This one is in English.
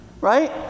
right